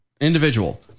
individual